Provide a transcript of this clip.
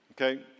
Okay